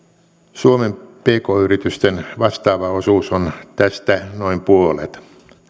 suomen pk yritysten vastaava osuus on tästä noin puolet